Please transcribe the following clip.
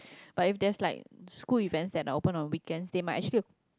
but if there is like a school event that are open on weekend that might actually